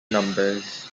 numbers